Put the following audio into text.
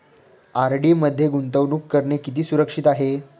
RD मध्ये गुंतवणूक करणे किती सुरक्षित आहे?